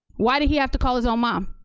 why did he have to call his own mom?